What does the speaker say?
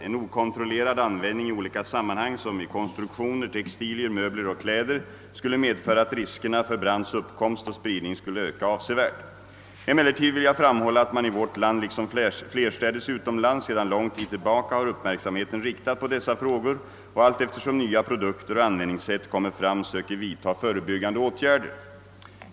En okontrollerad användning i olika sammanhang, såsom i konstruktioner, textilier, möbler och kläder, skulle medföra att riskerna för brands uppkomst och spridning skulle öka avsevärt. Emellertid vill jag framhålla att man i vårt land liksom flerstädes utomlands sedan lång tid tillbaka har uppmärksamheten riktad på dessa frågor och allteftersom nya produkter och användningssätt kommer fram söker vidta förebyggande åtgärder.